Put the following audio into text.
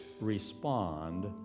respond